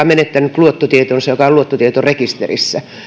menettänyt luottotietonsa ja joka on luottotietorekisterissä